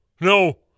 no